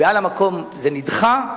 ועל המקום זה נדחה.